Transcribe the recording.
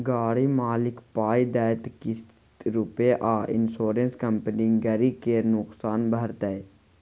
गाड़ी मालिक पाइ देतै किस्त रुपे आ इंश्योरेंस कंपनी गरी केर नोकसान भरतै